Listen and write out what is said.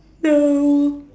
no